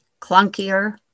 clunkier